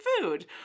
food